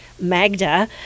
Magda